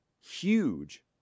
Huge